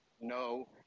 no